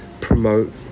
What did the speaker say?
promote